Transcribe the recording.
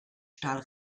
stahl